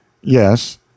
Yes